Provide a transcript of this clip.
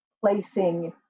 placing